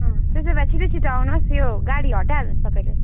अँ त्यसा भए छिटो छिटो आउनुहोस् त्यो गाडी हटाइ हाल्नुहोस् तपाईँले